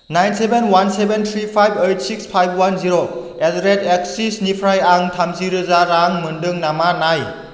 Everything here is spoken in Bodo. nine seven one seven three five eight six five one जिर' एटडारेट एक्सिस निफ्राय आं थामजि रोजा रां मोन्दों नामा नाय